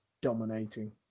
dominating